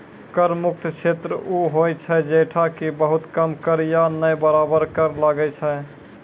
कर मुक्त क्षेत्र उ होय छै जैठां कि बहुत कम कर या नै बराबर कर लागै छै